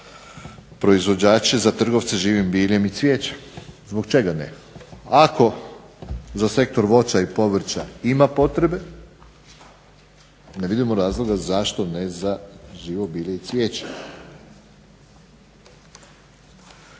proizvođače i trgovce živim biljem i cvijećem, zbog čega ne? Ako za sektor voća i povrća ima potrebe ne vidimo razloga zašto ne za živo bilje i cvijeće.